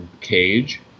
cage